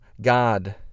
God